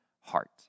heart